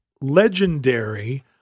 legendary